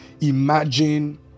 imagine